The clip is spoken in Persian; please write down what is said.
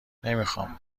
نمیخام